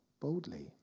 boldly